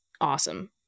awesome